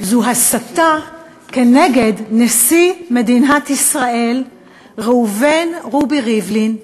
הסתה נגד נשיא מדינת ישראל ראובן רובי ריבלין,